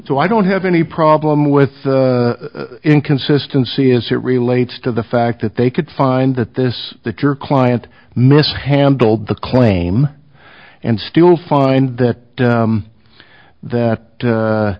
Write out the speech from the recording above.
so i don't have any problem with inconsistency is it relates to the fact that they could find that this that your client mishandled the claim and still find that